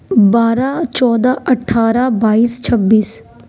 بارہ چودہ اٹھارہ بائیس چھبیس